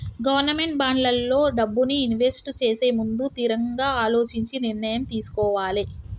government బాండ్లల్లో డబ్బుని invest చేసేముందు తిరంగా అలోచించి నిర్ణయం తీసుకోవాలే